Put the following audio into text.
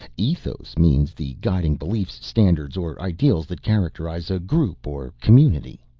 ethos means the guiding beliefs, standards or ideals that characterize a group or community.